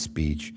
speech